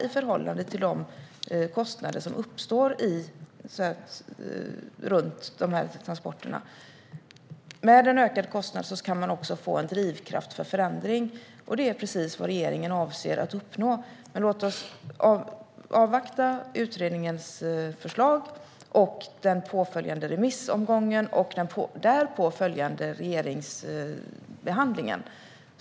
Lastbilstransporter är, hävdar många i dag, för billiga i förhållande till de kostnader som uppstår runt dem. En förändring är precis vad regeringen avser att uppnå. Låt oss avvakta utredningens förslag, den påföljande remissomgången och den därpå följande regeringsbehandlingen.